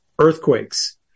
earthquakes